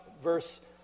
verse